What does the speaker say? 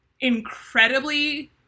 incredibly